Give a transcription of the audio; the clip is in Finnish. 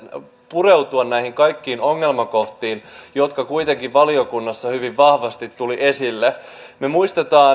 pureutua näihin kaikkiin ongelmakohtiin jotka kuitenkin valiokunnassa hyvin vahvasti tulivat esille me muistamme